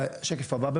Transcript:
שקף אחרון,